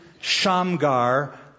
Shamgar